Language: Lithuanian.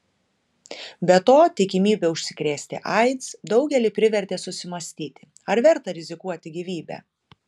be to tikimybė užsikrėsti aids daugelį privertė susimąstyti ar verta rizikuoti gyvybe